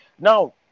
now